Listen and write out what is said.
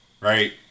right